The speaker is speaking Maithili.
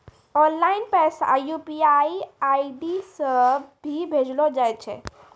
ऑनलाइन पैसा यू.पी.आई आई.डी से भी भेजलो जाय छै